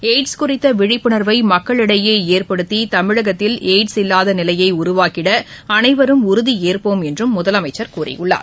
AIDS குறித்த விழிப்புனா்வை மக்களிடையே ஏற்படுத்தி தமிழகத்தில் எய்ட்ஸ் இல்லாத நிலையை உருவாக்கிட அனைவரும் உறுதியேற்போம் என்றும் முதலமைச்சர் கூறியுள்ளார்